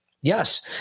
Yes